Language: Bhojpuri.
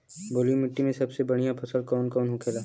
बलुई मिट्टी में सबसे बढ़ियां फसल कौन कौन होखेला?